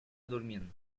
durmiendo